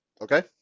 Okay